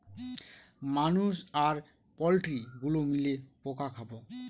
মানুষ আর পোল্ট্রি গুলো মিলে পোকা খাবো